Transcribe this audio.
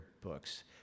books